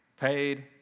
paid